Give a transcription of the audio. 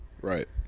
Right